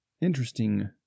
interesting